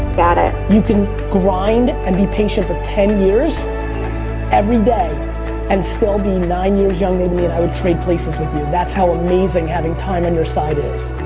got it. you can grind and be patient for ten years every day and still be nine years younger than me and i would trade places with you. that's how amazing having time on your side is.